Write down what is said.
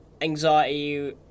anxiety